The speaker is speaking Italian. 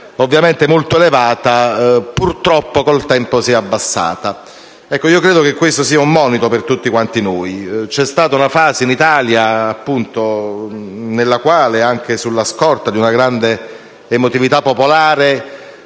ovviamente molto elevata, purtroppo con il tempo si è abbassata. Credo che questo sia un monito per tutti quanti noi. C'è stata una fase in Italia, appunto, nella quale, anche sulla scorta di una grande emotività popolare,